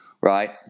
right